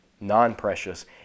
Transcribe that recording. non-precious